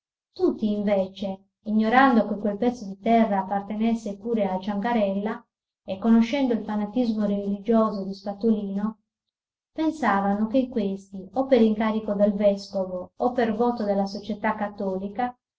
tutti invece ignorando che quel pezzo di terra appartenesse pure al ciancarella e conoscendo il fanatismo religioso di spatolino pensavano che questi o per incarico del vescovo o per voto della società cattolica